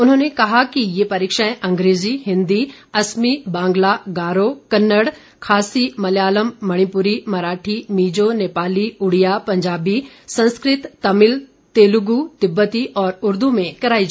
उन्होंने कहा कि ये परीक्षाएं अंग्रेजी हिन्दी असमी बांग्ला गारो कन्नड़ खासी मलयालम मणिपुरी मराठी मिजो नेपाली उड़िया पंजाबी संस्कृत तमिल तेलुगू तिब्बती और ऊर्दू में करायी जाएंगी